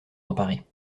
emparer